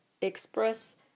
express